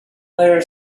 were